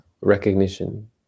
recognition